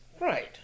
Right